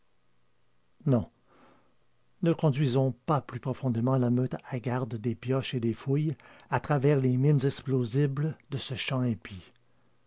non ne conduisons pas plus profondément la meute hagarde des pioches et des fouilles à travers les mines explosibles de ce chant impie